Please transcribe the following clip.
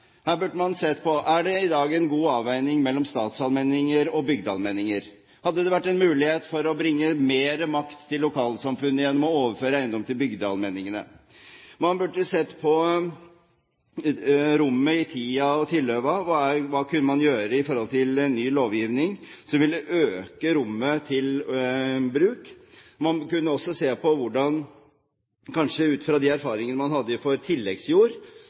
Her burde man sett på om det i dag er en god avveining mellom statsallmenninger og bygdeallmenninger. Hadde det vært en mulighet for å bringe mer makt til lokalsamfunnene gjennom å overføre eiendom til bygdeallmenningene? Man burde sett på rommet i «tida og tilhøva» – hva kunne man gjøre i forhold til en ny lovgivning, som ville øke rommet til bruk? Man kunne også se på – kanskje ut fra de erfaringene man hadde med tilleggsjord,